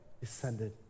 descended